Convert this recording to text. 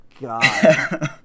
God